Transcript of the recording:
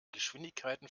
geschwindigkeiten